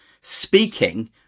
speaking